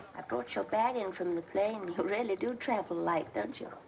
i brought your bag in from the plane. you really do travel light, don't you?